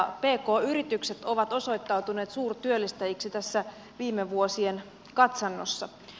pk yritykset ovat osoittautuneet suurtyöllistäjiksi tässä viime vuosien katsannossa